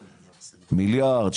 מיליארד,